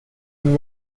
and